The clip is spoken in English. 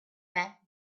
back